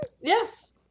yes